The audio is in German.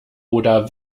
oder